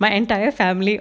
my entire family